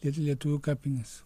ir lietuvių kapinės